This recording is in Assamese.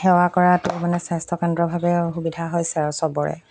সেৱা কৰাতো মানে স্বাস্থ্যকেন্দ্ৰভাৱে সুবিধা হৈছে আৰু চবৰে